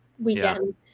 weekend